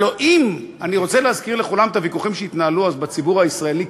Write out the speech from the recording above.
אני רוצה להזכיר לכולם את הוויכוחים שהתנהלו אז בציבור הישראלי,